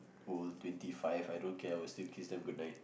old twenty five I don't care I will still kiss them goodnight